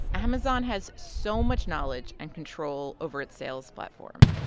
amazon has so much knowledge and control over its sales platform,